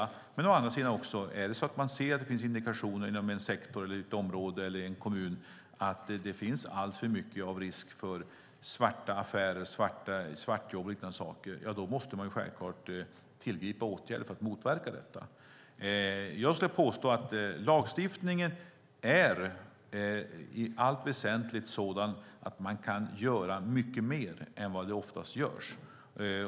Är det å andra sidan så att det finns indikationer inom någon sektor, något område eller i en kommun på alltför mycket av risk för svarta affärer, svartjobb och sådana saker, ja, då måste man självklart tillgripa åtgärder för att motverka detta. Jag skulle vilja påstå att lagstiftningen i allt väsentligt är sådan att man kan göra mycket mer än vad som oftast görs.